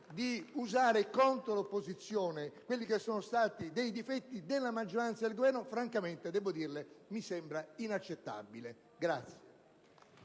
di usare contro l'opposizione quelli che sono stati dei difetti della maggioranza e del Governo francamente, devo dirlo, mi sembra inaccettabile.